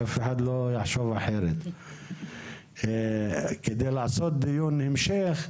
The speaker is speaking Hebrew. שאף אחד לא יחשוב אחרת כדי לעשות דיון המשך,